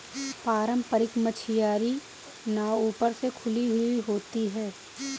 पारम्परिक मछियारी नाव ऊपर से खुली हुई होती हैं